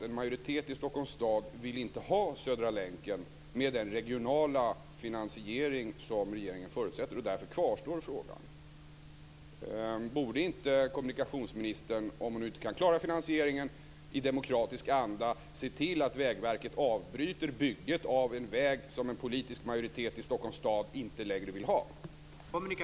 En majoritet i Stockholms stad vill inte ha Södra länken med den regionala finansiering som regeringen förutsätter. Därför kvarstår frågan. Borde inte kommunikationsministern - om hon nu inte kan klara finansieringen - i demokratisk anda se till att Vägverket avbryter bygget av en väg som en politisk majoritet i Stockholms stad inte längre vill ha?